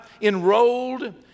enrolled